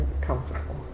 comfortable